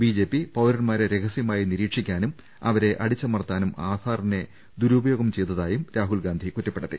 BJP പൌരൻമാരെ രഹസ്യമായി നിരീക്ഷിക്കാനും അവരെ അടിച്ചമർത്താനും ആധാറിനെ ദുരുപയോഗം ചെയ്തതായും രാഹുൽ ഗാന്ധി കുറ്റപ്പെടുത്തി